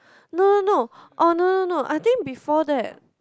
no no no oh no no no I think before that